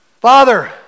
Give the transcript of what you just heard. Father